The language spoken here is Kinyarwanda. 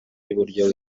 y’uburyo